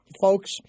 folks